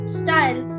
style